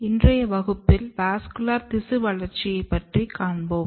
இன்றைய வகுப்பில் வாஸ்குலர் திசு வளர்ச்சியை பற்றி காண்போம்